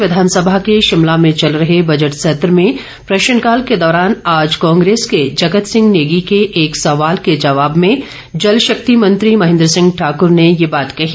प्रदेश विधानसभा के शिमला में चल रहे बजट सत्र में प्रश्नकाल के दौरान आज कांग्रेस के जगत सिंह नेगी के एक सवाल के जवाब में जलशक्ति मंत्री महेंद्र सिंह ठाकर ने ये बात कही